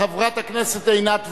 חברת הכנסת עינת וילף.